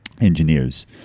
engineers